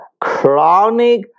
chronic